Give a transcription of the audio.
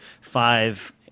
five